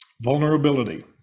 Vulnerability